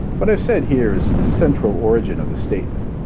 but i've said here is the central origin of his statement.